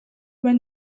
when